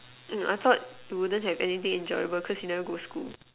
mm I thought you wouldn't have anything enjoyable because you never go school